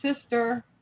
sister